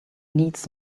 needs